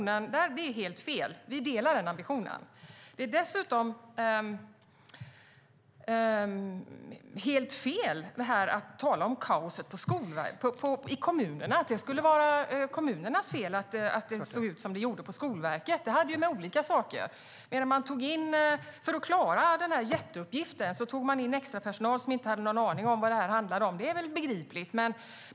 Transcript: Det är helt fel att säga att vi inte har den ambitionen, för den har vi. Dessutom blir det helt fel när man pratar om kaos som om det skulle vara kommunernas fel att det såg ut som det gjorde på Skolverket. Det hade med olika saker att göra. För att klara sin jätteuppgift tog man in extra personal som inte hade någon aning om vad det handlade om. Det är begripligt att man gjorde det.